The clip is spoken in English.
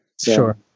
Sure